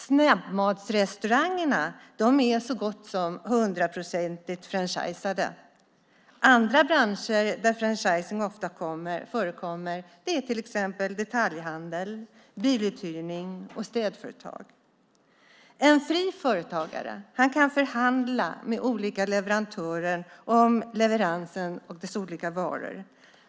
Snabbmatsrestaurangerna är så gott som till hundra procent franchiseföretag. Andra branscher där franchising ofta förekommer är till exempel detaljhandel, biluthyrning och städföretag. En fri företagare kan förhandla med olika leverantörer om leveranser och varor.